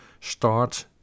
Start